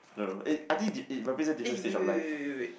I don't know it I think it it represent different stage of life